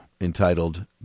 entitled